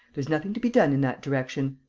there's nothing to be done in that direction.